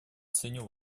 ценю